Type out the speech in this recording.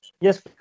Yes